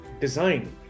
design